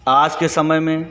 आज के समय में